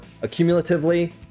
accumulatively